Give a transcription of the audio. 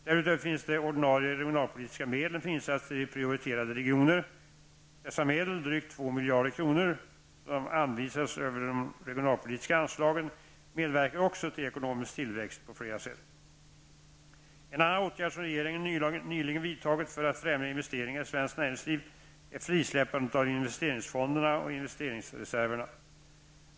Därutöver finns de ordinarie regionalpolitiska medlen för insatser i prioriterade regioner. Dessa medel -- drygt 2 miljarder kronor -- som anvisas över de regionalpolitiska anslagen medverkar också till ekonomisk tillväxt på flera sätt. En annan åtgärd som regeringen nyligen vidtagit för att främja investeringarna i svenskt näringsliv är frisläppandet av investeringsfonderna och investeringsreserverna.